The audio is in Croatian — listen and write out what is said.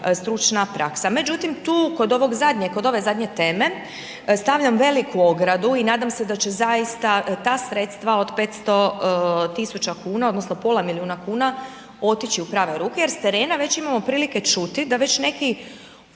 stručna praksa. Međutim tu kod ovog zadnjeg, kod ove zadnje teme stavljam veliku ogradu i nadam se da će zaista ta sredstva od 500 tisuća kuna odnosno pola milijuna kuna otići u prave ruke jer s terena već imamo prilike čuti da već neki